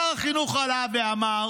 שר החינוך עלה ואמר